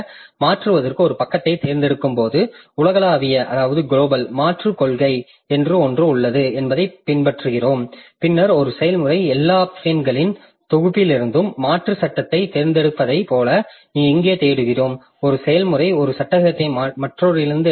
மாற்றுவதற்கு ஒரு பக்கத்தைத் தேர்ந்தெடுக்கும்போது உலகளாவிய மாற்றுக் கொள்கை என்று ஒன்று உள்ளது என்பதை பின்பற்றுகிறோம் பின்னர் ஒரு செயல்முறை எல்லா பிரேம்களின் தொகுப்பிலிருந்தும் மாற்று சட்டத்தைத் தேர்ந்தெடுப்பதைப் போல எங்கே தேடுகிறோம் ஒரு செயல்முறை ஒரு சட்டகத்தை மற்றொன்றிலிருந்து எடுக்கலாம்